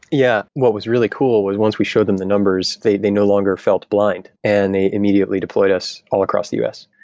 yeah. what was really cool was was we showed them the numbers, they they no longer felt blind and they immediately deployed us all across the us.